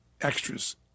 extras